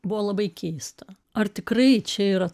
buvo labai keista ar tikrai čia yra